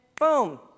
boom